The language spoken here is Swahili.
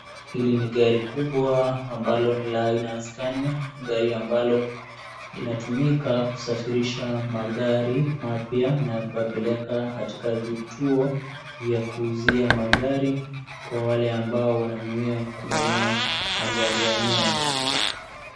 Hili ni gari kubwa ambalo ni la aina ya Scania, gari ambalo linatumika kusafirisha magari mapya na kuyapeleka katika vituo vya kuuzia magari kwa wale ambao wananuia kununua magari yenyewe.